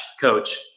coach